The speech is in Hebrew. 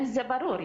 זה ברור,